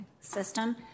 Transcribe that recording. system